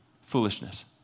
foolishness